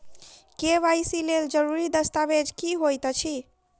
KYC लेल जरूरी दस्तावेज की होइत अछि?